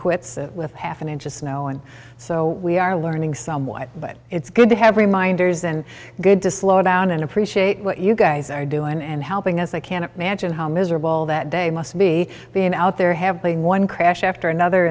quits with half an inch of snow and so we are learning somewhat but it's good to have reminders and good to slow down and appreciate what you guys are doing and helping us i can't imagine how miserable that day must be being out there have been one crash after another